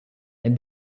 and